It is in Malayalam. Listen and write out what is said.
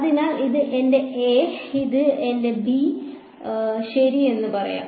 അതിനാൽ ഇത് എന്റെ എ ഇത് എന്റെ ബി ശരി എന്ന് പറയാം